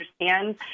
understand